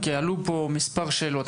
כי עלו פה מספר שאלות.